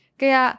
kaya